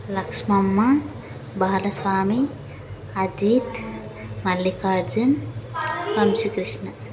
Lakshmamma Balaswamy Ajith Mallikarjun Vamsikrishna